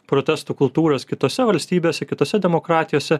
protestų kultūros kitose valstybėse kitose demokratijose